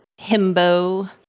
Himbo